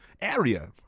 area